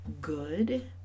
good